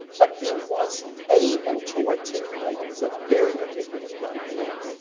but, he was able to articulate, he's a very articulate young man,